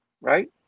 right